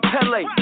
Pele